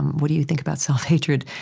what do you think about self-hatred?